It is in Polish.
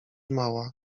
mała